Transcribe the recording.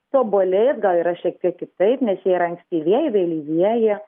su obuoliais gal yra šiek tiek kitaip nes yra ankstyvieji vėlyvieji